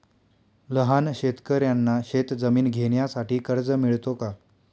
लहान शेतकऱ्यांना शेतजमीन घेण्यासाठी कर्ज मिळतो का?